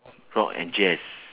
rock and jazz